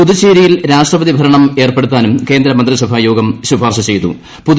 പുതുച്ചേരിയിൽ രാഷ്ട്രപതി ഭരണം ഏർപ്പെടുത്താനും കേന്ദ്ര മന്ത്രിസഭാ യോഗം ശുപാർശ ചെയ്തു